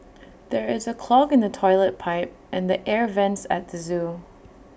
there is A clog in the Toilet Pipe and the air Vents at the Zoo